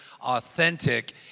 authentic